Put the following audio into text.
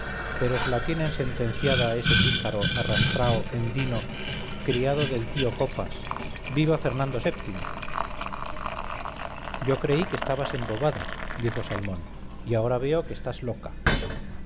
pero se la tienen sentenciada a ese pícaro arrastrao endino criado del tío copas viva fernando vii yo creí que estabas embobada dijo salmón y ahora veo que estás loca